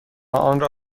آنرا